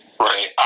Right